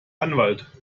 anwalt